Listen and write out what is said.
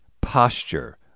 posture